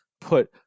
put